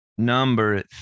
number